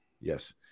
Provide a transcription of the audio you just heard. yes